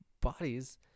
bodies